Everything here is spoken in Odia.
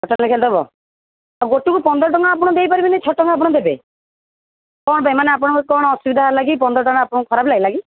ଛଅଟଙ୍କା ଲେଖା ଦେବ ଗୋଟେକୁ ପନ୍ଦରଟଙ୍କା ଆପଣ ଦେଇପାରିବେନି ଛଅଟଙ୍କା ଆପଣ ଦେବେ କ'ଣ ପାଇଁ ମାନେ ଆପଣଙ୍କର କ'ଣ ଅସୁବିଧା ହେଲାକି ପନ୍ଦରଟଙ୍କା ଆପଣଙ୍କୁ ଖରାପ ଲାଗିଲା କି